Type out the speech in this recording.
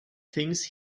things